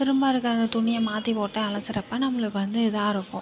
திரும்ப இருக்க அந்த துணியை மாற்றி போட்டு அலசுகிறப்ப நம்மளுக்கு வந்து இதாக இருக்கும்